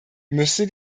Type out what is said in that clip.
müsste